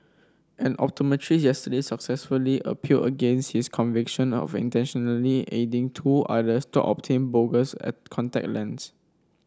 an optometrist yesterday successfully appealed against his conviction of intentionally aiding two others to obtain bogus a contact